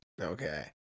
Okay